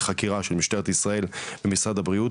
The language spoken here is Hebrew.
חקירה של משטרת ישראל ומשרד הבריאות,